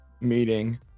meeting